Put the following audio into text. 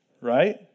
right